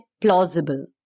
plausible